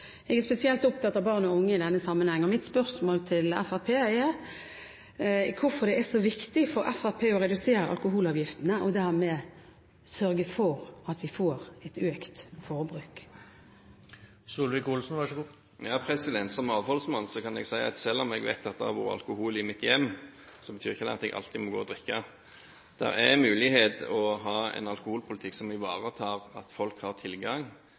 Jeg er spesielt opptatt av barn og unge i denne sammenheng, og mitt spørsmål til Fremskrittspartiet er: Hvorfor er det så viktig for Fremskrittspartiet å redusere alkoholavgiftene og dermed sørge for at vi får et økt forbruk? Som avholdsmann kan jeg si at selv om jeg vet at det har vært alkohol i mitt hjem, betyr ikke det at jeg alltid må drikke. Det er mulig å ha en alkoholpolitikk som ivaretar at folk har tilgang,